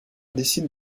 décide